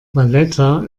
valletta